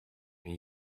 and